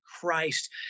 Christ